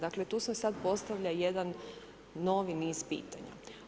Dakle tu se sad postavlja jedan novi niz pitanja.